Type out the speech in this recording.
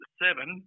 seven